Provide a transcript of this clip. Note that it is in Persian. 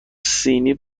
سینی